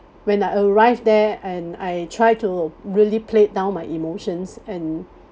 when I arrived there and I try to really played down my emotions and